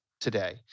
today